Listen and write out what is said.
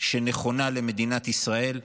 שנכונה למדינת ישראל,